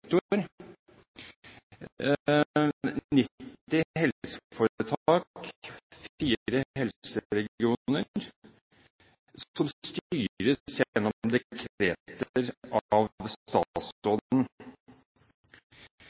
90 helseforetak, 4 helseregioner, som styres gjennom dekreter av